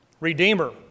Redeemer